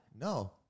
No